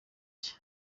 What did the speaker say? cye